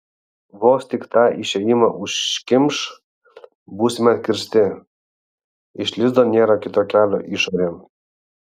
vos tik tą išėjimą užkimš būsime atkirsti iš lizdo nėra kito kelio išorėn